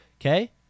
okay